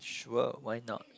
sure why not